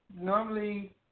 normally